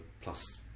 plus